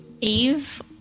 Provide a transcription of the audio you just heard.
Eve